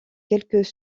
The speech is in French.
quelques